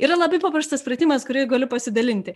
yra labai paprastas pratimas kuriuo galiu pasidalinti